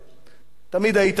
תמיד היית איש של אמת,